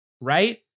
right